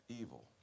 evil